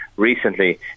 recently